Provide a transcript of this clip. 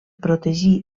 protegir